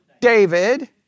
David